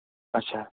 اَچھا